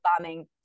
bombing